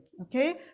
Okay